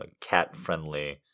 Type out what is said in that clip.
cat-friendly